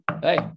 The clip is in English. hey